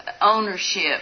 ownership